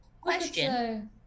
Question